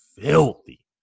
filthy